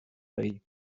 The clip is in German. bay